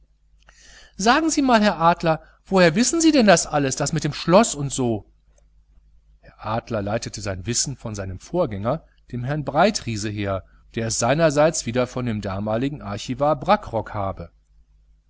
sagen sie mal herr adler woher wissen sie denn das alles das mit dem schloß und so herr adler leitete sein wissen von seinem vorgänger dem herrn breitriese her der es seinerseits wieder von dem damaligen archivar brackrock habe